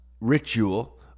ritual